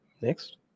Next